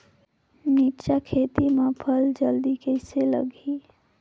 मिरचा खेती मां फल जल्दी कइसे लगही?